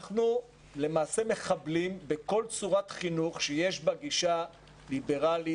אנחנו למעשה מחבלים בכל צורת חינוך שיש בה גישה ליברלית,